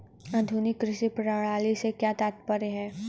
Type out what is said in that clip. आधुनिक कृषि प्रणाली से क्या तात्पर्य है?